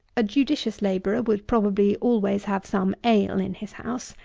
a judicious labourer would probably always have some ale in his house,